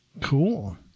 Cool